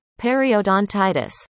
periodontitis